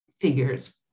figures